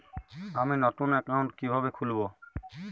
আমি নতুন অ্যাকাউন্ট কিভাবে খুলব?